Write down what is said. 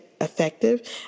effective